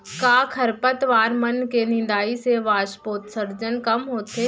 का खरपतवार मन के निंदाई से वाष्पोत्सर्जन कम होथे?